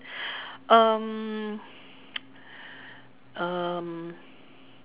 um um